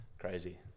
Crazy